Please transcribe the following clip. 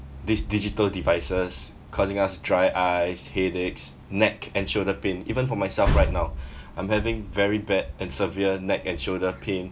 these digital devices causing us dry eyes headaches neck and shoulder pain even for myself right now I'm having very bad and severe neck and shoulder pain